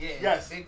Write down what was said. Yes